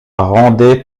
rendait